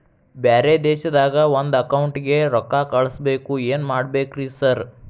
ಬ್ಯಾರೆ ದೇಶದಾಗ ಒಂದ್ ಅಕೌಂಟ್ ಗೆ ರೊಕ್ಕಾ ಕಳ್ಸ್ ಬೇಕು ಏನ್ ಮಾಡ್ಬೇಕ್ರಿ ಸರ್?